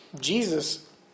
Jesus